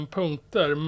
punkter